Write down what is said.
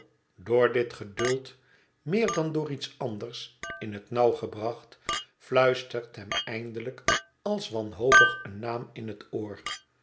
door dit geduld meer dan door iets anders in het nauw gebracht fluistert hem eindelijk als wanhopig een naam in het oor